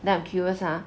then I'm curious ah